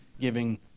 giving